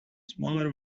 smaller